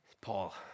Paul